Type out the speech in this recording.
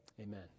Amen